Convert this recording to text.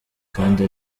kandi